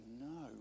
no